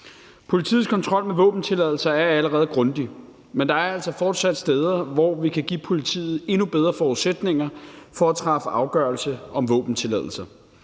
Politiets kontrol med våbentilladelser er allerede grundig, men der er altså fortsat steder, hvor vi kan give politiet endnu bedre forudsætninger for at træffe afgørelse om våbentilladelser.